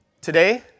Today